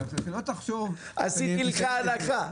עשיתי לך הנחה.